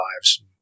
lives